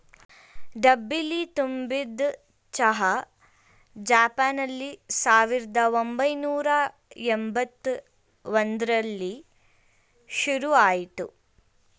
ಡಬ್ಬಿಲಿ ತುಂಬಿದ್ ಚಹಾ ಜಪಾನ್ನಲ್ಲಿ ಸಾವಿರ್ದ ಒಂಬೈನೂರ ಯಂಬತ್ ಒಂದ್ರಲ್ಲಿ ಶುರುಆಯ್ತು